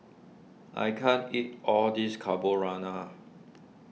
I can't eat all this Carbonara